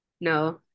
no